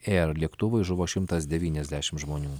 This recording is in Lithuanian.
ir lėktuvui žuvo šimtas devyniasdešim žmonių